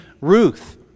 Ruth